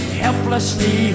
helplessly